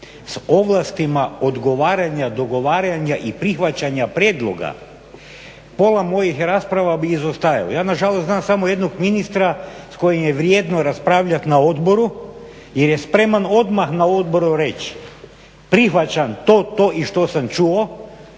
s ovlastima odgovaranja, dogovaranja i prihvaćanja prijedloga pola mojih rasprava bi izostajalo. Ja nažalost znam samo jednog ministra s kojim je vrijedno raspravljati na odboru jer je spreman odmah na odboru reći prihvaćam to i to što sam čuo